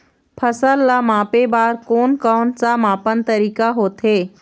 फसल ला मापे बार कोन कौन सा मापन तरीका होथे?